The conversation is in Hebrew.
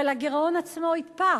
אבל הגירעון עצמו יתפח.